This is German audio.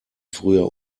früher